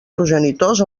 progenitors